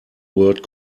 word